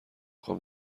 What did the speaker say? خوام